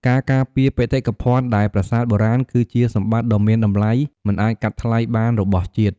ការការពារបេតិកភណ្ឌ ដែលប្រាសាទបុរាណគឺជាសម្បត្តិដ៏មានតម្លៃមិនអាចកាត់ថ្លៃបានរបស់ជាតិ។